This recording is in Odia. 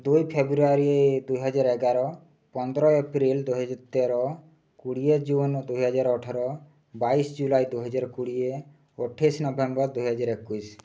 ଦୁଇ ଫେବୃଆରୀ ଦୁଇହଜାର ଏଗାର ପନ୍ଦର ଏପ୍ରିଲ୍ ଦୁଇହଜାର ତେର କୋଡ଼ିଏ ଜୁନ୍ ଦୁଇହଜାର ଅଠର ବାଇଶି ଜୁଲାଇ ଦୁଇହଜାର କୋଡ଼ିଏ ଅଠେଇଶି ନଭେମ୍ବର୍ ଦୁଇହଜାର ଏକୋଇଶି